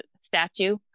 statue